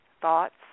thoughts